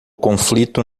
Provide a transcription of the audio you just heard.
conflito